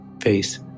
face